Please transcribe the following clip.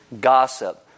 Gossip